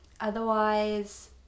Otherwise